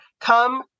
Come